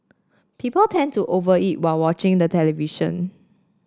people tend to over eat while watching the television